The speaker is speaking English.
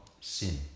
sin